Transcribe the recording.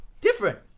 different